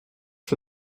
for